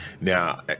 Now